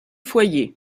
foyers